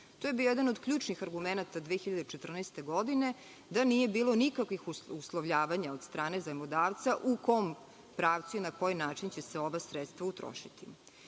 je bio jedan od ključnih argumenata 2014. godine, gde nije bilo nikakvih uslovljavanja od strane zajmodavca u kom pravcu i na koji način će se ova sredstva utrošiti.